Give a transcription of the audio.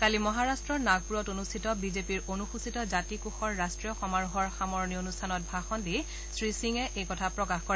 কালি মহাৰট্টৰ নাগপুৰত অনুষ্ঠিত বিজেপিৰ অনুসূচিত জাতি কোষৰ ৰাষ্ট্ৰীয় সমাৰোহৰ সামৰণি অনুষ্ঠানত ভাষণ দি শ্ৰীসিঙে এই কথা প্ৰকাশ কৰে